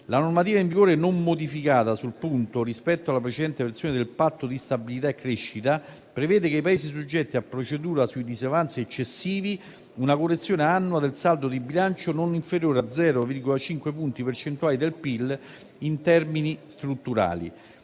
La normativa in vigore non modificata sul punto rispetto alla precedente versione del Patto di stabilità e crescita, prevede che i Paesi soggetti a procedura sui disavanzi eccessivi operino una correzione annua del saldo di bilancio non inferiore a 0,5 punti percentuali del PIL in termini strutturali.